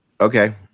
Okay